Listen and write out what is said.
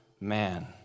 man